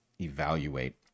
evaluate